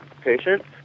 patients